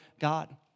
God